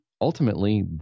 ultimately